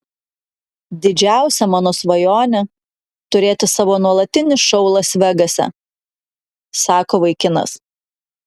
didžiausia mano svajonė turėti savo nuolatinį šou las vegase sako vaikinas